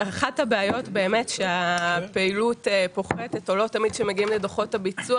אחת הבעיות שהפעילות פוחתת או לא תמיד כאשר מגיעים לדוחות הביצוע